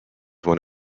one